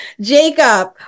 Jacob